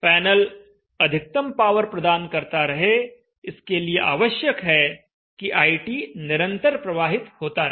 panel अधिकतम power प्रदान करता रहे इसके लिए आवश्यक है कि IT निरंतर प्रवाहित होता रहे